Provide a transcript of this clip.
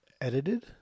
edited